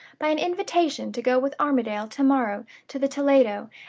by an invitation to go with armadale to-morrow to the toledo,